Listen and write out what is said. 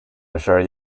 assure